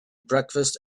breakfast